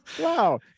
Wow